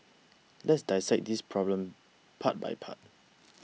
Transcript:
let's dissect this problem part by part